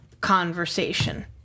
conversation